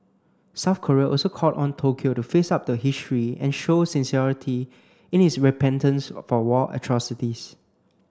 South Korea also called on Tokyo to face up to history and show sincerity in its repentance for war atrocities